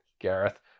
gareth